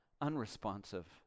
unresponsive